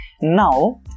Now